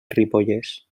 ripollès